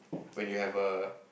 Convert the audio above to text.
when you have a